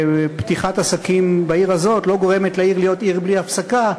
שפתיחת עסקים בעיר הזאת לא גורמת לעיר להיות עיר בלי הפסקה,